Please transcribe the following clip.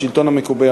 השלטון המקומי,